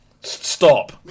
Stop